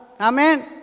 Amen